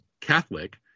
Catholic